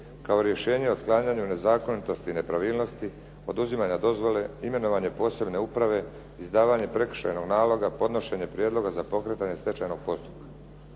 kao rješenje o otklanjanju nezakonitosti i nepravilnosti, oduzimanja dozvole, imenovanje posebne uprave, izdavanje prekršajnog naloga, podnošenje prijedloga za pokretanje stečajnog postupka.